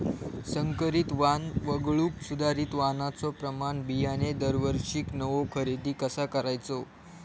संकरित वाण वगळुक सुधारित वाणाचो प्रमाण बियाणे दरवर्षीक नवो खरेदी कसा करायचो?